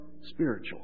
spiritual